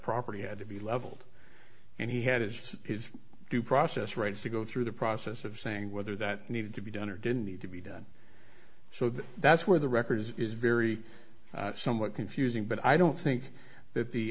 property had to be leveled and he had it's his due process rights to go through the process of saying whether that needed to be done or didn't need to be done so that that's where the record is very somewhat confusing but i don't think that the